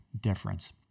difference